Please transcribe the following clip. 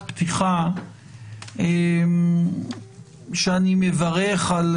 פרטי וגם בגלל שהם כלי מאוד מרכזי בחייו